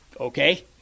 Okay